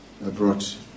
brought